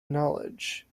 knowledge